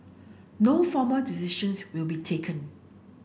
no formal decisions will be taken